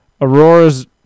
Aurora's